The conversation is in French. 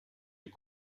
est